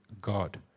God